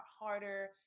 harder